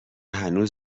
هنوز